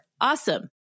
awesome